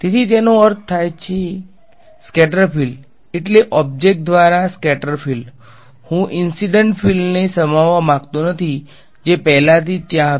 તેથી તેનો અર્થ થાય છે સ્કેટર ફિલ્ડ એટલે ઓબ્જેક્ટ દ્વારા સ્કેટર ફિલ્ડ્સ હું ઈંસીડંટ ફિલ્ડને સમાવવા માંગતો નથી જે પહેલાથી ત્યાં હતો